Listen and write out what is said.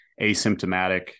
asymptomatic